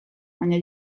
baina